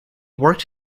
worked